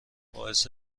باعث